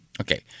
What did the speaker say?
Okay